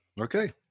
Okay